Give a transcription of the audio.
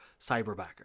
Cyberbacker